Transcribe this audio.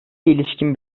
ilişkin